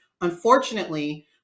Unfortunately